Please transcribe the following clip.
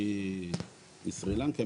מסרי לנקה,